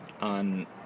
on